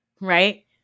Right